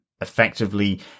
effectively